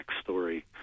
story